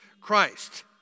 Christ